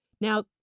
Now